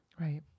Right